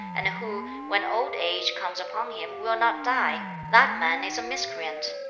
and who when old age comes upon him will not die that man is a miscreant.